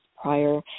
prior